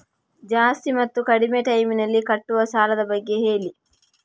ಜಾಸ್ತಿ ಮತ್ತು ಕಡಿಮೆ ಟೈಮ್ ನಲ್ಲಿ ಕಟ್ಟುವ ಸಾಲದ ಬಗ್ಗೆ ಹೇಳಿ